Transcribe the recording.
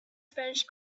spanish